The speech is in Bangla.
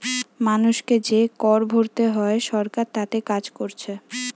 মানুষকে যে কর ভোরতে হয় সরকার তাতে কাজ কোরছে